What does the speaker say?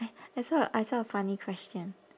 I saw a I saw a funny question